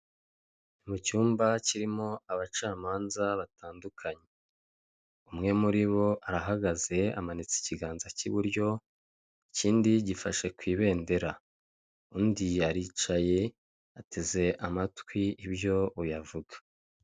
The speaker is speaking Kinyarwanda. Mu cyumba kirimo abacamanza batandukanye, umwe muri bo arahagaze amanitse ikiganza cy'iburyo ikindi gifashe ku ibendera, undi yaricaye ateze amatwi ibyo uy'avuga.